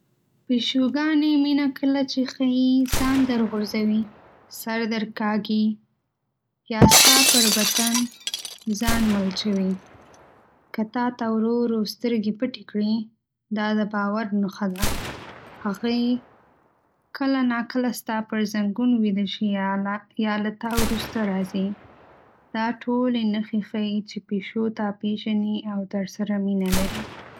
پیشوګانې مینه کله چې ښيي ځان درغورځوي، سر درکاږي، یا ستا پر بدن ځان ملچوي. که تا ته ورو ورو سترګې پټې کړي، دا د باور نښه ده. هغې کله ناکله ستا پر زنګون ویده شي، یا له یا له تا وروسته راځي. دا ټولې نښې ښيي چې پیشو تا پېژني او درسره مینه لري.